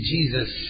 Jesus